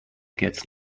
gets